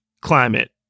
climate